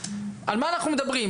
על מה אנחנו מדברים?